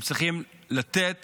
הם צריכים לתת